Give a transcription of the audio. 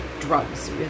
drugs